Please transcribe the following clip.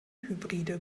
hybride